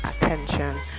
attention